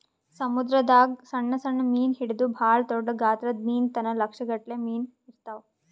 ಸಮುದ್ರದಾಗ್ ದಾಗ್ ಸಣ್ಣ್ ಸಣ್ಣ್ ಮೀನ್ ಹಿಡದು ಭಾಳ್ ದೊಡ್ಡ್ ಗಾತ್ರದ್ ಮೀನ್ ತನ ಲಕ್ಷ್ ಗಟ್ಲೆ ಮೀನಾ ಇರ್ತವ್